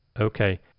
Okay